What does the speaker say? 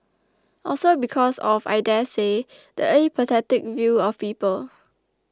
also because of I daresay the apathetic view of people